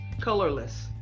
colorless